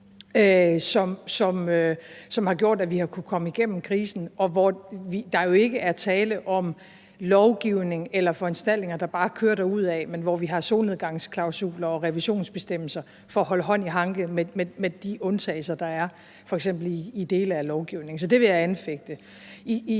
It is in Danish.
som har gjort, at vi har kunnet komme igennem krisen, og hvor der jo ikke er tale om lovgivning eller foranstaltninger, der bare kører derudad, men hvor vi har solnedgangsklausuler og revisionsbestemmelser for at holde hånd i hanke med de undtagelser, der er, f.eks. i dele af lovgivningen. Så det vil jeg anfægte.